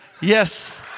Yes